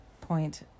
point